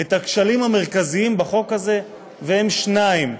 את הכשלים המרכזיים בחוק הזה, והם שניים: